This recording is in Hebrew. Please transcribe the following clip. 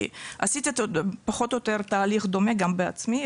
עשיתי פחות או יותר תהליך דומה גם בעצמי.